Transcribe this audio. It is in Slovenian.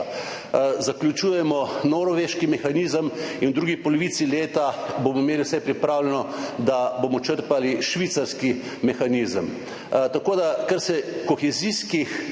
Zaključujemo norveški mehanizem in v drugi polovici leta bomo imeli vse pripravljeno, da bomo črpali švicarski mehanizem. Kar se kohezijskih